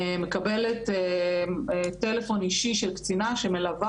היא מקבלת טלפון אישי של קצינה שמלווה